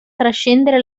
trascendere